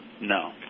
No